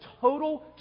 total